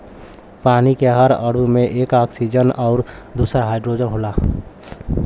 पानी के हर अणु में एक ऑक्सीजन आउर दूसर हाईड्रोजन होला